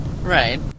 Right